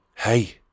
Hey